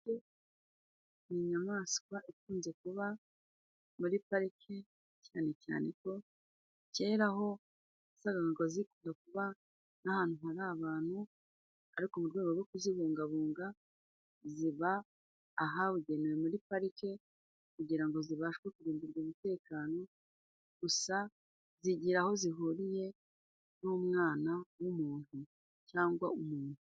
Ni inyamaswa ikunze kuba muri pariki, cyane cyane ko kera ho wasangaga zikunda kuba n'ahantu hari abantu, ariko mu rwego rwo kuzibungabunga, ziba ahabugenewe muri parike kugira ngo zibashwe kurindirwa umutekano, gusa zigira aho zihuriye n'umwana w'umuntu cyangwa umuntu.